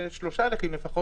סמוך לאחר הגשת הבקשה לפתיחה